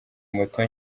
moto